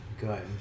good